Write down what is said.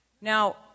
Now